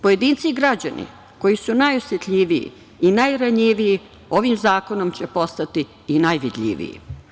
Pojedinci i građani koji su najosetljiviji i najranjiviji ovim zakonom će postati i najvidljiviji.